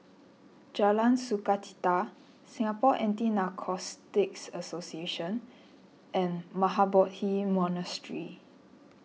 Jalan Sukachita Singapore Anti Narcotics Association and Mahabodhi Monastery